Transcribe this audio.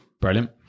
brilliant